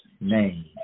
name